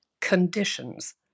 conditions